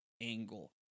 angle